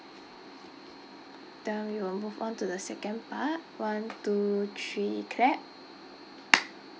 then we will move on to the second part one two three clap